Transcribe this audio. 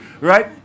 right